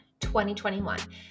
2021